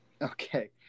Okay